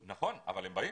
נכון, אבל הם באים.